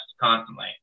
constantly